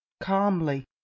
calmly